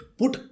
put